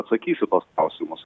atsakysiu tuos klausimus